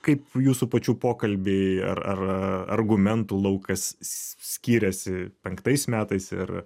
kaip jūsų pačių pokalbiai ar ar argumentų laukas skiriasi penktais metais ir